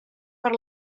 per